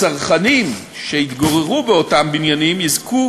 הצרכנים שיתגוררו באותם בניינים יזכו